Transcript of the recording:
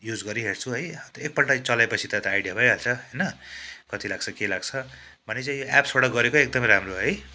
use गरिहेर्छु है एकपल्ट चलायोपछि त आइडिया भइहाल्छ होइन कति लाग्छ के लाग्छ भनेपछि यो एप्सबाट गरेकै एकदमै राम्रो है